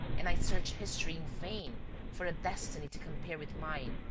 and i search history in vain for a destiny to compare with mine,